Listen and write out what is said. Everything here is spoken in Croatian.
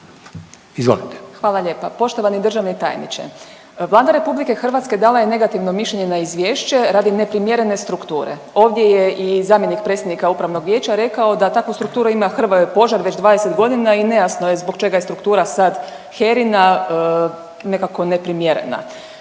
(SDP)** Hvala lijepa. Poštovani državni tajniče, Vlada RH dala je negativno mišljenje na izvješće radi neprimjerene strukture. Ovdje je i zamjenik predsjednik upravnog vijeća rekao da takvu strukturu ima „Hrvoje Požar“ već 20.g. i nejasno je zbog čega je struktura sad HERA-ina nekako neprimjerena.